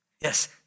yes